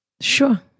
Sure